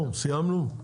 סיימנו?